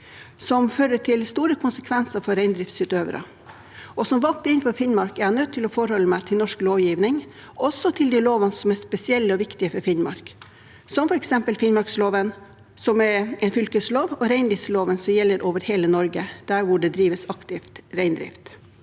som fører til store konsekvenser for reindriftsutøvere. Som valgt inn for Finnmark er jeg nødt til å forholde meg til norsk lovgivning, og også til de lovene som er spesielle og viktige for Finnmark, som f.eks. Finnmarksloven, som er en fylkeslov, og reindriftsloven, som gjelder over hele Norge der hvor det drives aktiv reindrift.